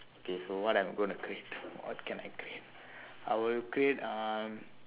okay so what i'm going to create what can I create I will create uh